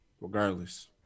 Regardless